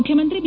ಮುಖ್ಯಮಂತ್ರಿ ಬಿ